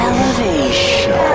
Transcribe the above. Elevation